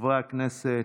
חברי הכנסת,